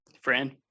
friend